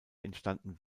entstanden